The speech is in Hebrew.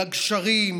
לגשרים,